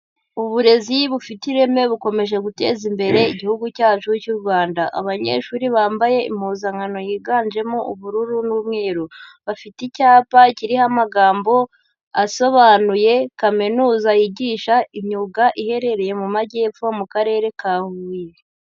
Uburezi bufite ireme bukomeje guteza imbere igihugu cyacu cy'u Rwanda. Abanyeshuri bambaye impuzankano yiganjemo ubururu n'umweru, bafite icyapa kiriho amagambo asobanuye kaminuza yigisha imyuga iherereye mu majyepfo mu karere ka Huye.